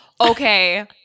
Okay